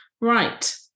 Right